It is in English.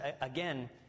again